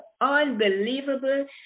unbelievable